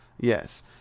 Yes